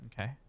Okay